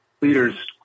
leaders